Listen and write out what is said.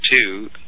two